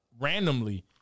randomly